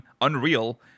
Unreal